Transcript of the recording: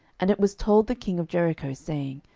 and it was told the king of jericho, saying,